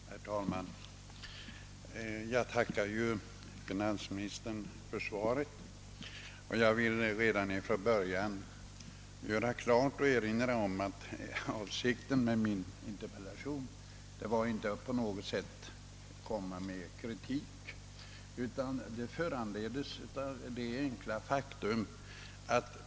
Herr talman! Jag tackar finansministern för svaret. Redan från början vill jag göra klart för finansministern att avsikten med min interpellation inte var att framföra någon kritik.